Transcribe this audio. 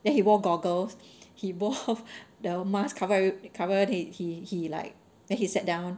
then he wore goggles he both the mask covered covered it he he like that he sat down